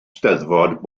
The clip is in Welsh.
steddfod